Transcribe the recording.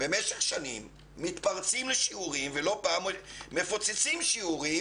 מתפרצים לשיעורים ומפוצצים שיעורים